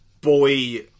boy